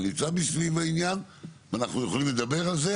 זה נמצא מסביב העניין ואנחנו יכולים לדבר על זה,